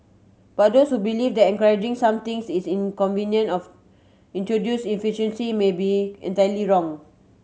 but those who believe that encouraging something is inconvenient of introduce inefficiency may be entirely wrong